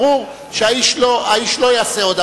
ברור שהאיש לא יעשה עוד,